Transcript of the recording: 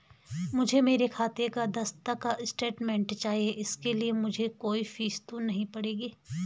मुझे मेरे खाते का दस तक का स्टेटमेंट चाहिए इसके लिए मुझे कोई फीस तो नहीं पड़ेगी?